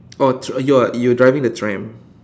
oh you are you driving the tram